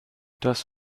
das